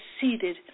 seated